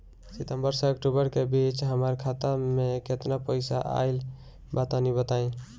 सितंबर से अक्टूबर के बीच हमार खाता मे केतना पईसा आइल बा तनि बताईं?